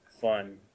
fun